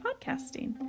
podcasting